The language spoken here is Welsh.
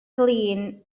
glin